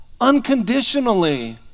unconditionally